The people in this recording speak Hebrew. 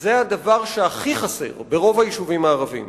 זה הדבר שהכי חסר ברוב היישובים הערביים.